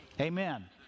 Amen